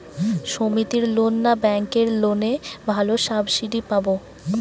সমিতির লোন না ব্যাঙ্কের লোনে ভালো সাবসিডি পাব?